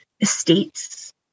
estates